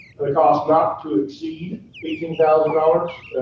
the cost not to exceed eighteen thousand dollars.